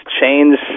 change